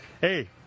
Hey